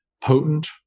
potent